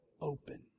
open